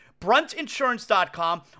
Bruntinsurance.com